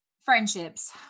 friendships